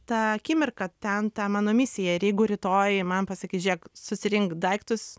ta akimirka ten ta mano misija ir jeigu rytoj man pasakys žiūrėk susirink daiktus